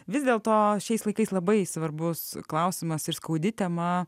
vis dėlto šiais laikais labai svarbus klausimas ir skaudi tema